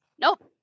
Nope